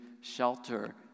shelter